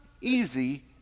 easy